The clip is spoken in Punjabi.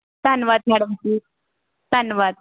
ਧੰਨਵਾਦ ਮੈਡਮ ਜੀ ਧੰਨਵਾਦ